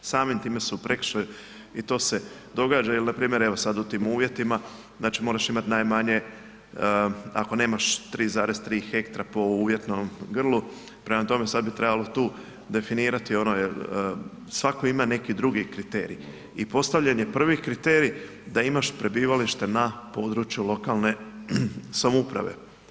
Samim time su u prekršaju i to se događa ili npr. evo, sad u tim uvjetima, znači moraš imati najmanje, ako nemaš 3,3 hektra po uvjetnom grlu, prema tome, sad bi trebalo tu definirati ono jer svatko ima neki drugi kriterij i postavljen je prvi kriterij da imaš prebivalište na području lokalne samouprave.